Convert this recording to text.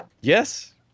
Yes